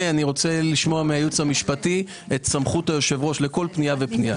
רוצה לשמוע מן הייעוץ המשפטי את סמכות היושב-ראש לכל פנייה ופנייה.